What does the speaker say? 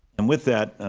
and with that,